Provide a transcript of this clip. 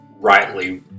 rightly